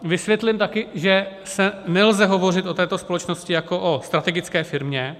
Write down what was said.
Vysvětlím také, že nelze hovořit o této společnosti jako o strategické firmě.